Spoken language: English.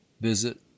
visit